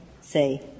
say